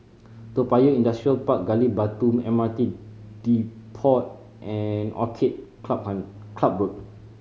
Toa Payoh Industrial Park Gali Batu M R T Depot and Orchid Club Club Road